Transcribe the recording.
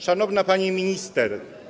Szanowna Pani Minister!